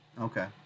Okay